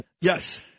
Yes